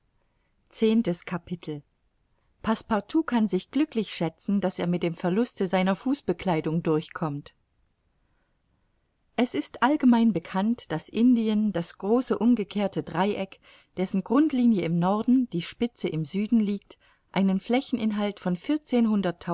kann sich glücklich schätzen daß er mit dem verluste seiner fußbekleidung durchkommt es ist allgemein bekannt daß indien das große umgekehrte dreieck dessen grundlinie im norden die spitze im süden liegt einen flächeninhalt von